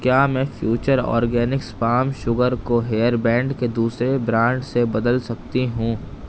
کیا میں future organics palm sugar کو ہیئر بینڈ کے دوسرے برانڈ سے بدل سکتی ہوں